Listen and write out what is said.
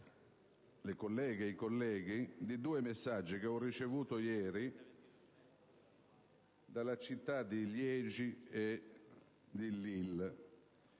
le colleghe e i colleghi di due messaggi che ho ricevuto ieri dalle città di Liegi e Lille.